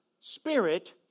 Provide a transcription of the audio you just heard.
spirit